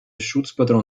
schutzpatron